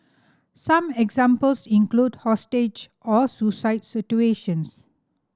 some examples include hostage or suicide situations